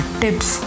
tips